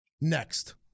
Next